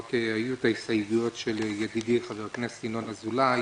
היו רק ההסתייגויות של ידידי חבר הכנסת ינון אזולאי